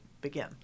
begin